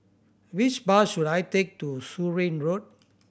which bus should I take to Surin Road